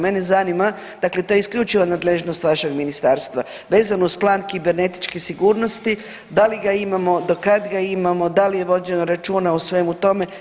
Mene zanima, dakle to je isključivo nadležnost vašeg ministarstva, vezano uz plan kibernetičke sigurnosti, da li ga imamo, do kad ga imamo, dal je vođeno računa o svemu tome?